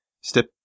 step